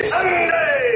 Sunday